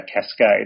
cascade